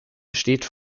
steht